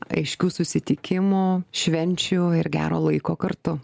aiškių susitikimų švenčių ir gero laiko kartu